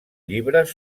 llibres